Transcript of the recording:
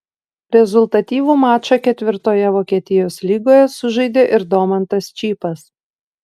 rezultatyvų mačą ketvirtoje vokietijos lygoje sužaidė ir domantas čypas